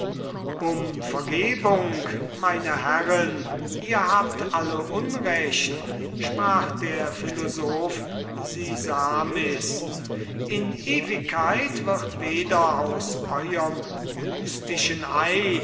um vergebung meine herren ihr habt alle unrecht sprach der philosoph sisamis in ewigkeit wird weder aus euerm mystischen